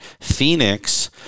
Phoenix